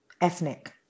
ethnic